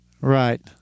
Right